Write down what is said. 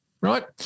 right